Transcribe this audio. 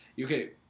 Okay